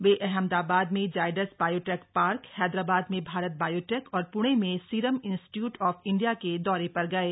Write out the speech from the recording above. वे अहमदाबाद में Zydus Biotech Park Hyderabad में Bharat Biotech और पूणे में सीरम इंस्टीट्यूट ऑफ इंडिया के दौरे पर गये